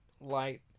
light